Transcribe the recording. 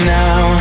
now